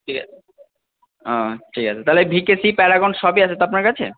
ঠিক আছে ও ঠিক আছে তালে বিকেসি প্যারাগন সবই আছে তো আপনার কাছে